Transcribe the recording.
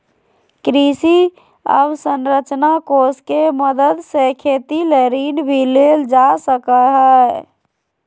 कृषि अवसरंचना कोष के मदद से खेती ले ऋण भी लेल जा सकय हय